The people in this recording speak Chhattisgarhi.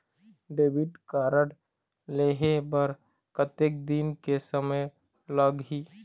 डेबिट कारड लेहे बर कतेक दिन के समय लगही?